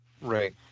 Right